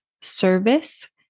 service